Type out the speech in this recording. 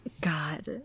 God